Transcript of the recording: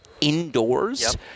indoors